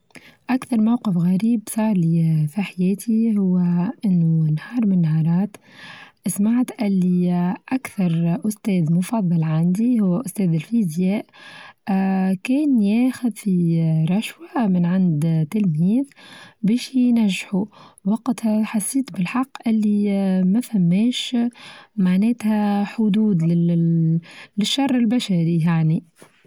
أكثر موقف غريب فعلي في حياتي هو أنو نهار من النهارات سمعت الي اكثر أستاذ مفضل عندي هو أستاذ الفيزياء اه كان ياخذ في رشوة من عند تلميذ باش ينجحو، وقتها حسيت بالحق الي ما فماش معناتها حدود للشر البشري يعني.